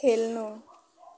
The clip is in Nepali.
खेल्नु